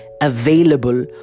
available